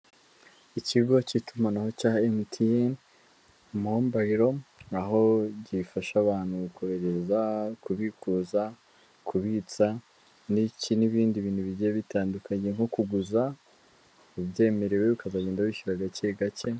Ikigo cy'itumanaho cya emutiyene mombayiro, aho gifasha abantu kohereza, kubikuza kubitsa n'iki, n'ibindi bintu bigiye bitandukanye nko kuguza ubyemerewe ukagenda wishyura gake gake.